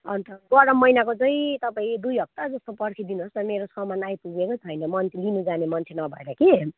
अन्त गरम महिनाको चाहिँ तपाईँ दुई हप्ता जस्तो पर्खिदिनुहोस् न मेरो सामान आइपुगेकै छैन म नि लिनुजाने मान्छे नभएर कि